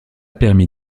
permit